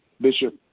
Bishop